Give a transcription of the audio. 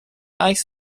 عکس